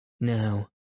Now